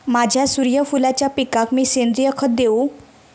माझ्या सूर्यफुलाच्या पिकाक मी सेंद्रिय खत देवू?